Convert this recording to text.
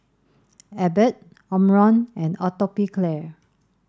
Abbott Omron and Atopiclair